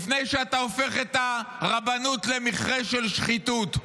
לפני שאתה הופך את הרבנות למכרה של שחיתות,